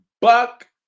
buck